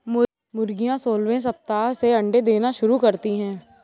मुर्गियां सोलहवें सप्ताह से अंडे देना शुरू करती है